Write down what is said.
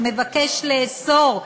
שמבקש לאסור,